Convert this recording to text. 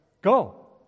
go